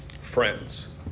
friends